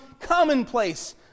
commonplace